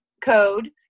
code